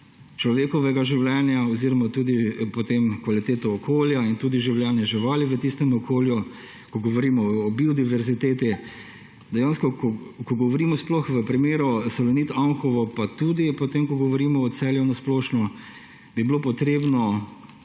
človekovega življenja oziroma tudi potem kvaliteto okolja in tudi življenja živali v tistem okolju, ko govorimo o biodiverziteti, dejansko ko govorimo, sploh v primeru Salonita Anhovo, pa tudi potem, ko govorimo o Celju na splošno –, bi bilo potrebno